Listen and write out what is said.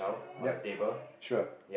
yup sure